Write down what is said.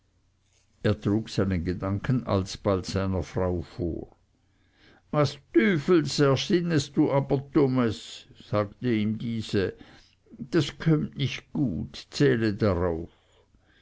er trug seinen gedanken alsbald seiner frau vor was tüfels ersinnest du aber dummes sagte ihm diese das kömmt nicht gut zähle darauf